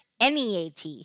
NEAT